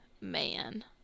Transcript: man